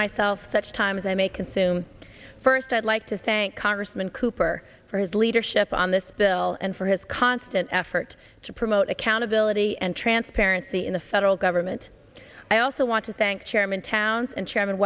myself such time as i may consume first i'd like to thank congressman cooper for his leadership on this bill and for his constant effort to promote accountability and transparency in the federal government i also want to thank chairman towns and chairman